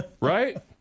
Right